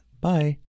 Bye